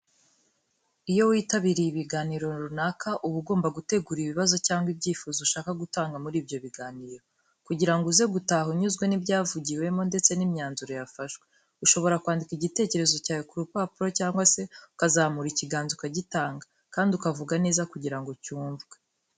Iyo witabiriye ibiganiro runaka uba ugomba gutegura ibibazo cyangwa ibyifuzo ushaka gutanga muri ibyo biganiro, kugira ngo uze gutaha unyuzwe n'ibyavugiwemo ndetse n'imyanzuro yafashwe. Ushobora kwandika igitekerezo cyawe ku rupapuro cyangwa se ukazamura ikiganza ukagitanga, kandi ukavuga neza kugira ngo cy'umvwe.